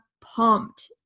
pumped